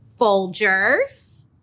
Folgers